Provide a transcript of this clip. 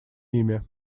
ими